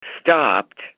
stopped